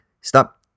stop